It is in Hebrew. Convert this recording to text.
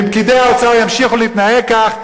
ואם פקידי האוצר ימשיכו להתנהג כך,